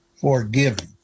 forgiven